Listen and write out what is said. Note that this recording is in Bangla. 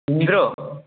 নিরো